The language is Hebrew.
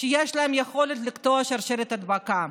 שיש להם יכולת לקטוע את שרשרת ההדבקה.